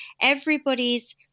everybody's